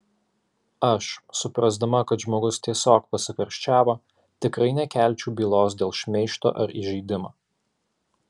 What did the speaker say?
aš suprasdama kad žmogus tiesiog pasikarščiavo tikrai nekelčiau bylos dėl šmeižto ar įžeidimo